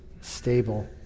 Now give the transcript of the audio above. stable